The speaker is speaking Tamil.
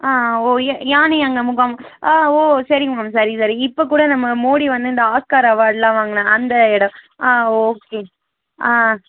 ஆ யானை அங்கே முகாம் ஆ ஓ சரிங்க மேம் சரி சரி இப்போ கூட நம்ம மோடி வந்து அந்த ஆஸ்கார் அவார்ட் எல்லாம் வாங்கினா அந்த இடம் ஆ ஓகே ஆ